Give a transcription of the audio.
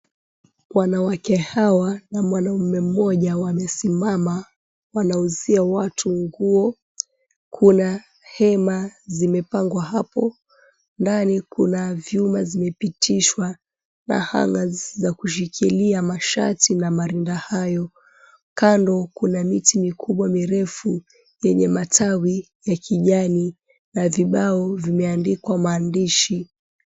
Wanawake hawa, na mwanamume mmoja wamesimama wanauzia watu nguo, kuna hema zimepangwa hapo. Ndani kuna vyuma vimepitishwa na hangers za kushikilia mashati na marinda hayo. Kando kuna miti mikubwa mirefu yenye matawi ya kijani na vibao vimeandikwa maandishi.